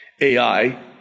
AI